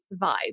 vibe